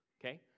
Okay